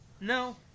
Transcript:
No